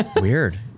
Weird